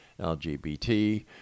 LGBT